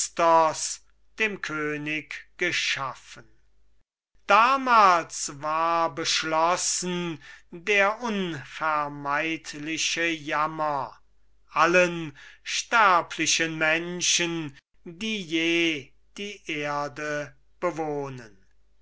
dem könig geschaffen damals war beschlossen der unvermeidliche jammer allen sterblichen menschen die je die erde bewohnen